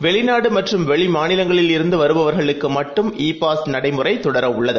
வெளிநாடுமற்றும்வெளிமாநிலங்களில்இருந்துவரு பவர்களுக்குமட்டும்இ பாஸ்நடைமுறைதொடரவுள்ளது